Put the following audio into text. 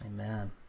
Amen